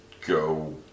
go